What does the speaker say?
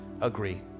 agree